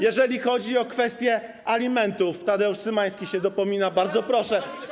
Jeżeli chodzi o kwestie alimentów, Tadeusz Cymański się dopomina, to bardzo proszę.